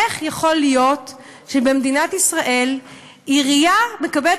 איך יכול להיות שבמדינת ישראל עירייה מקבלת